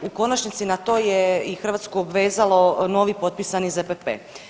U konačnici na to je Hrvatsku obvezalo novi potpisani ZPP.